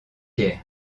fier